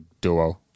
duo